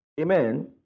Amen